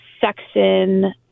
section